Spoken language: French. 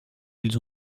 ils